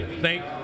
thank